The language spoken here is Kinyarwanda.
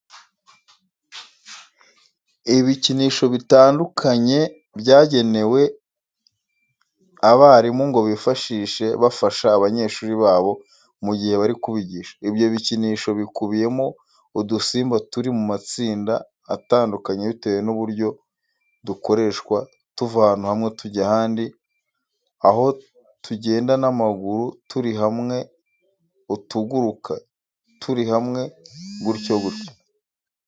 Ibikinisho bitandukanye byagenewe abarimu ngo bifashishe bafasha abanyeshuri babo mu gihe bari kubigisha; ibyo bikinisho bikubiyemo udusimba turi mu matsinda atandukanye bitewe n'uburyo dukoresha tuva ahantu hamwe tujya ahandi, aho utugenda n'amaguru turi hamwe, utuguruka turi hamwe gutyo gutyo.